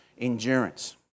endurance